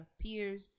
peers